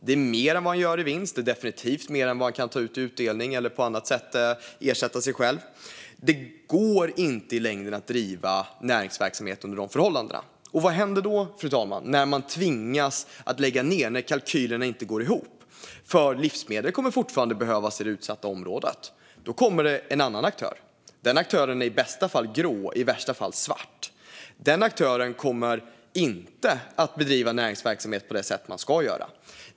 Det är mer än han gör i vinst och definitivt mer än han kan ta ut i utdelning eller på annat sätt ersätta sig själv med. Det går inte i längden att driva näringsverksamhet under dessa förhållanden. Och vad händer då, fru talman? Vad händer när man tvingas lägga ned och när kalkylerna inte går ihop? Livsmedel kommer fortfarande att behövas i det utsatta området. Då kommer en annan aktör, och den aktören är i bästa fall grå och i värsta fall svart. Den aktören kommer inte att bedriva näringsverksamhet på det sätt man ska göra.